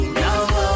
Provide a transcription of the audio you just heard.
now